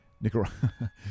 Nicaragua